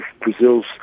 Brazil's